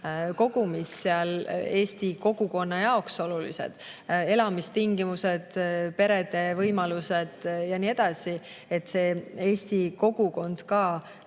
kogumis eesti kogukonna jaoks olulised: elamistingimused, perede võimalused ja nii edasi, et eesti kogukond seal